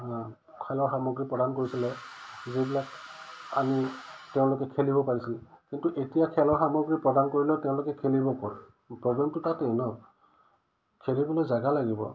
খেলৰ সামগ্ৰী প্ৰদান কৰিছিলে যিবিলাক আমি তেওঁলোকে খেলিব পাৰিছিলোঁ কিন্তু এতিয়া খেলৰ সামগ্ৰী প্ৰদান কৰিলেও তেওঁলোকে খেলিব ক'ত প্ৰব্লেমটো তাতেই ন খেলিবলৈ জাগা লাগিব